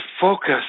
focus